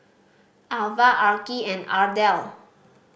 Alvah Arkie and Ardell